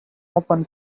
open